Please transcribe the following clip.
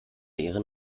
ihren